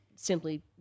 simply